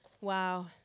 Wow